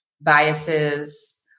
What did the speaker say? biases